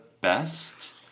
best